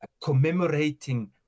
commemorating